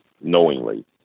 knowingly